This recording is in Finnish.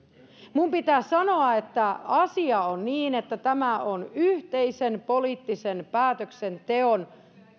minun pitää sanoa että asia on niin että tämä on yhteisen poliittisen päätöksenteon